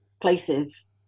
places